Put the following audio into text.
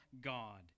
God